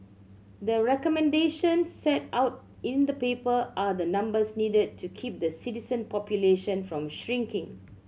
the recommendations set out in the paper are the numbers needed to keep the citizen population from shrinking